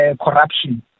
corruption